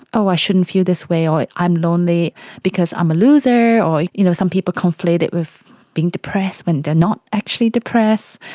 ah i shouldn't feel this way, or i'm lonely because i'm a loser, or you know some people conflate it with being depressed when they're not actually depressed.